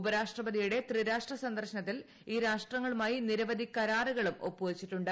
ഉപരാഷ്ട്രപതിയുടെ ത്രിരാഷ്ട്ര സന്ദർശനത്തിൽ ഈ രാഷ്ട്രങ്ങളുമായി നിരവധി കരാറുകളും ഒപ്പുവച്ചിട്ടുണ്ട്